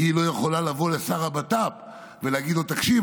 כי היא לא יכולה לבוא לשר הבט"פ ולהגיד לו: תקשיב,